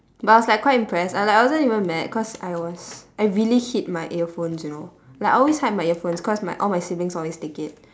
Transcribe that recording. but I was like quite impressed I like I wasn't even mad because I was I really hid my earphones you know like I always hide my earphones cause my all my siblings always take it